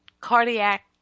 cardiac